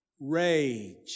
rage